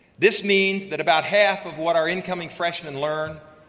this means that about half of what our incoming freshmen learn,